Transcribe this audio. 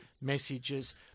messages